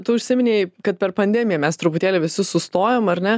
tu užsiminei kad per pandemiją mes truputėlį visi sustojom ar ne